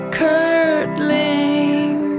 curdling